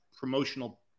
promotional